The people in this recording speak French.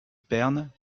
pernes